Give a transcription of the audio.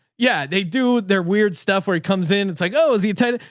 yeah, they do their weird stuff where he comes in. it's like, oh, is he a title?